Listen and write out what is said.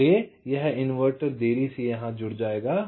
इसलिए यह इन्वर्टर देरी से यहां जुड़ जाएगा